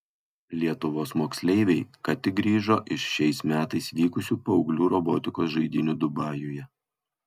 lietuvos moksleiviai ką tik grįžo iš šiais metais vykusių paauglių robotikos žaidynių dubajuje